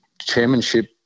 chairmanship